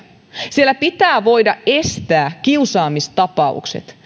siellä pitää voida estää kiusaamistapaukset